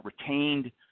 retained